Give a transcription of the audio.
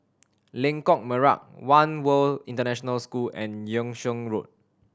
Lengkok Merak One World International School and Yung Sheng Road